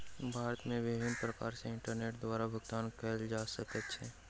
भारत मे विभिन्न प्रकार सॅ इंटरनेट द्वारा भुगतान कयल जा सकै छै